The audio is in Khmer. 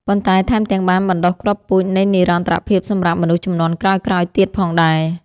ប៉ុន្តែថែមទាំងបានបណ្ដុះគ្រាប់ពូជនៃនិរន្តរភាពសម្រាប់មនុស្សជំនាន់ក្រោយៗទៀតផងដែរ។